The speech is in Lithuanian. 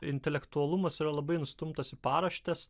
intelektualumas yra labai nustumtas į paraštes